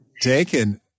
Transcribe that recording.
Taken